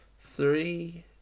Three